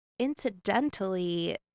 incidentally